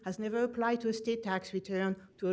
has never played to a state tax return to